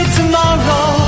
tomorrow